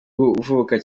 kuvuka